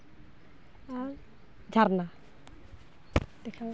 ᱟᱨ ᱡᱷᱟᱨᱱᱟ